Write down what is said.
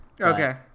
Okay